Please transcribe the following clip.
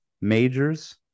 majors